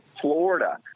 Florida